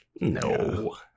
no